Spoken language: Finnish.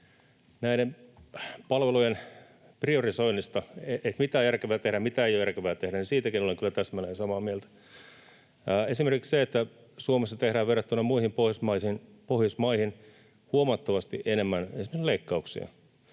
näiden palvelujen priorisoinnista siitä, mitä on järkevää tehdä, mitä ei ole järkevää tehdä, olen kyllä täsmälleen samaa mieltä. Esimerkiksi Suomessa tehdään verrattuna muihin Pohjoismaihin huomattavasti enemmän esimerkiksi